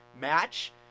match